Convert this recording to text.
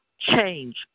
change